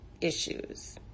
issues